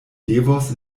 devos